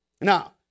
Now